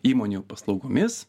įmonių paslaugomis